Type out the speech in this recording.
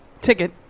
ticket